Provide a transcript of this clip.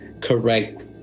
correct